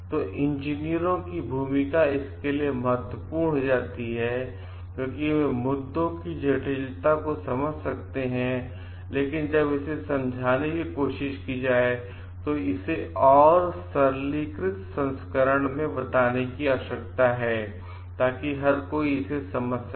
तो इंजीनियरों की भूमिका इसके लिए महत्वपूर्ण हो जाती है क्योंकि वे मुद्दों की जटिलता समझ सकते हैं लेकिन जब इसे समझाने की कोशिश की जाये तो उन्हें इसे और सरलीकृत संस्करण में बताने की आवश्यकता है ताकि हर कोई इसे समझ सके